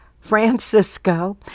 Francisco